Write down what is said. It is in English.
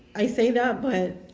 i say that but